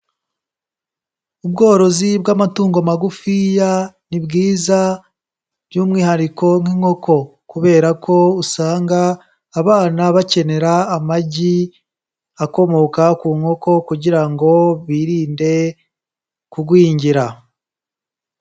Ubworozi bw'amatungo magufiya ni bwiza by'umwihariko nk'inkoko kubera ko usanga abana bakenera amagi akomoka ku nkoko kugira ngo birinde kugwingira.